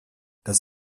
das